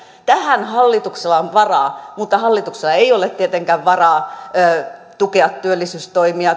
tähän hallituksella on varaa mutta hallituksella ei ole tietenkään varaa tukea työllisyystoimia